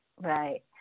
right